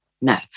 no